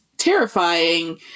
terrifying